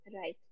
Right